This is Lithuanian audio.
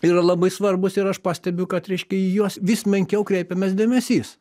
yra labai svarbūs ir aš pastebiu kad reiškia į juos vis menkiau kreipiamas dėmesys